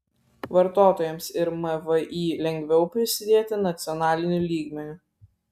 vartotojams ir mvį lengviau prisidėti nacionaliniu lygmeniu